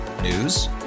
News